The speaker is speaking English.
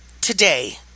today